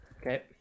Okay